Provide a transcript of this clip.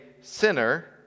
sinner